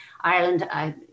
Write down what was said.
Ireland